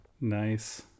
Nice